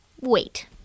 Wait